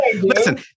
Listen